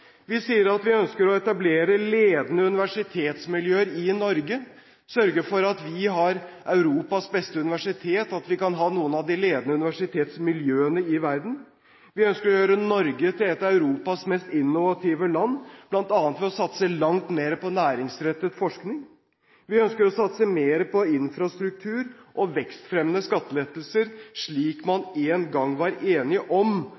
Vi sier at vi ønsker å etablere ledende universitetsmiljøer i Norge, sørge for at vi har Europas beste universitet, og at vi kan ha noen av de ledende universitetsmiljøene i verden. Vi ønsker å gjøre Norge til et av Europas mest innovative land bl.a. ved å satse langt mer på næringsrettet forskning. Vi ønsker å satse mer på infrastruktur og vekstfremmende skattelettelser, slik man en gang var enige om